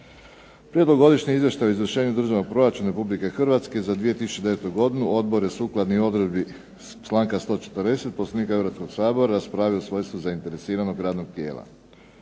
Prijedlog Godišnjeg izvještaja o izvršenju državnog proračuna Republike Hrvatske za 2009. godine Odbor je sukladno odredbi članka 140. Poslovnika Hrvatskog sabora raspravio u svojstvu zainteresiranog radnog tijela.